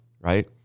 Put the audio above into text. right